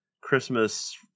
Christmas